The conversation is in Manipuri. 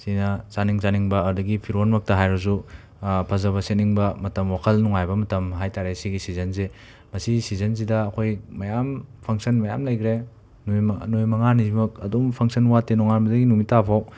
ꯁꯤꯅ ꯆꯥꯅꯤꯡ ꯆꯥꯅꯤꯡꯕ ꯑꯗꯒꯤ ꯐꯤꯔꯣꯜꯃꯛꯇ ꯍꯥꯏꯔꯁꯨ ꯐꯖꯕ ꯁꯦꯠꯅꯤꯡꯕ ꯃꯇꯝ ꯋꯥꯈꯜ ꯅꯨꯡꯉꯥꯏꯕ ꯃꯇꯝ ꯍꯥꯏ ꯇꯥꯔꯦ ꯁꯤꯒꯤ ꯁꯤꯖꯟꯁꯤ ꯃꯁꯤ ꯁꯤꯖꯟꯁꯤꯗ ꯑꯩꯈꯣꯏ ꯃꯌꯥꯝ ꯐꯪꯁꯟ ꯃꯌꯥꯝ ꯂꯩꯒ꯭ꯔꯦ ꯅꯨꯃꯤꯠ ꯃꯉꯥ ꯅꯨꯃꯤꯠ ꯃꯉꯥꯅꯤꯁꯤꯃꯛ ꯑꯗꯨꯝ ꯐꯪꯁꯟ ꯋꯥꯠꯇꯦ ꯅꯣꯡꯉꯥꯟꯕꯗꯒꯤ ꯅꯨꯃꯤꯠ ꯇꯥꯕꯐꯥꯎ